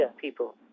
people